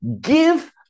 give